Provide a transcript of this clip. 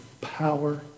power